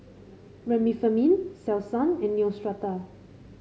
Remifemin Selsun and Neostrata